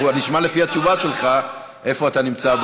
אנחנו נשמע לפי התשובה שלך איפה אתה נמצא,